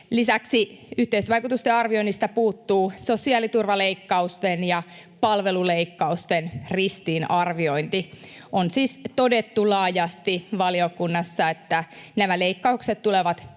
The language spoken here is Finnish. Lisäksi yhteisvaikutusten arvioinnista puuttuu sosiaaliturvaleikkausten ja palveluleikkausten ristiinarviointi. On siis todettu laajasti valiokunnassa, että nämä leikkaukset tulevat